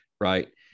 right